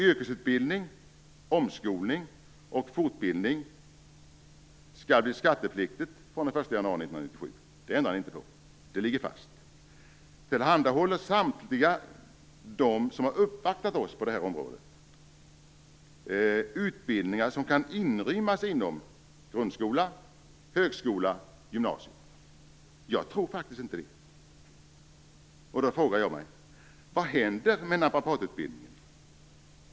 Yrkesutbildning, omskolning och fortbildning skall bli skattepliktig från den 1 januari 1997. Det ändrar ni inte på. Det ligger fast. Tillhandahåller samtliga de som har uppvaktat oss på det här området utbildningar som kan inrymmas inom grundskola, högskola eller gymnasium? Jag tror faktiskt inte det. Jag frågar mig: Vad händer med naprapatutbildningen?